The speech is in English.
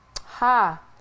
Ha